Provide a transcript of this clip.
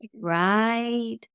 Right